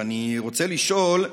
ואני רוצה לשאול: